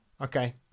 Okay